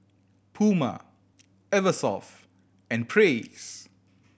Puma Eversoft and Praise